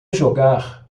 jogar